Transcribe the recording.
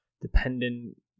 dependent